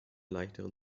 leichteren